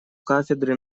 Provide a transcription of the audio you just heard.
кафедры